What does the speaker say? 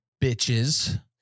Bitches